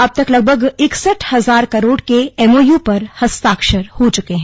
अब तक लगभग इकसठ हजार करोड़ के एमओयू पर हस्ताक्षर हो चुके हैं